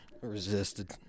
Resisted